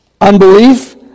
Unbelief